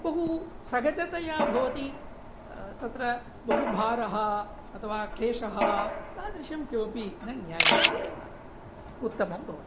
बहु सहजतया भवति तत्र बहुभारः अथवा क्लेशः तादृशं किमपि न ज्ञायते एव उत्तमं भवति